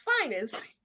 finest